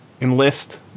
enlist